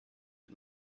and